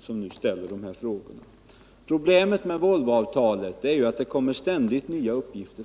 som nu ställer de här frågorna. Problemet med Volvoavtalet är ju att det ständigt kommer fram nya uppgifter.